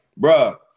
bruh